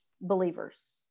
believers